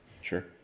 Sure